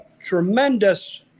Tremendous